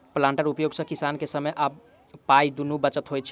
प्लांटरक उपयोग सॅ किसान के समय आ पाइ दुनूक बचत होइत छै